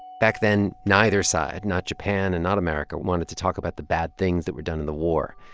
back then, neither side not japan and not america wanted to talk about the bad things that were done in the war.